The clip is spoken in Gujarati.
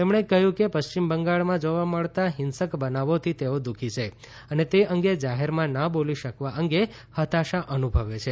તેમણે કહ્યું કે પશ્ચિમ બંગાળમાં જોવા મળતા હિંસક બનાવોથી તેઓ દુખી છે અને તે અંગે જાહેરમાં ના બોલી શકવા અંગે હતાશા અનુભવે છે